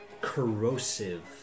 corrosive